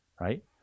right